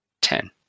Ten